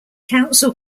council